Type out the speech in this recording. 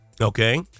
Okay